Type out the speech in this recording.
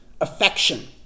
affection